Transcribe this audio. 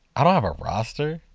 i don't have a roster.